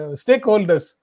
stakeholders